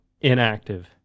Inactive